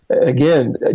Again